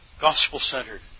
Gospel-centered